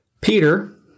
Peter